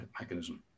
mechanism